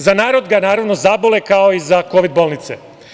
Za narod ga, naravno, zabole, kao i za kovid bolnice.